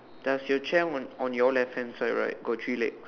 does your chair on on your left hand side right got three legs